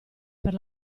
per